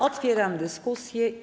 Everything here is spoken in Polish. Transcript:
Otwieram dyskusję.